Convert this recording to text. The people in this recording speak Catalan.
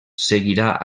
seguirà